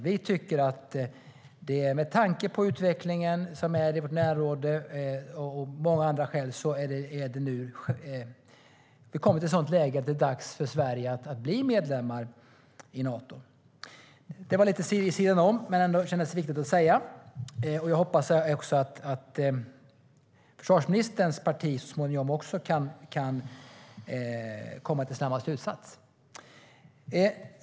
Vi tycker att det, med tanke på utvecklingen i vårt närområde och av många andra skäl, nu är dags för Sverige att bli medlem i Nato. Detta var lite vid sidan om dagens debatt, men det kändes ändå viktigt att säga. Jag hoppas att också försvarsministerns parti så småningom kan komma till samma slutsats.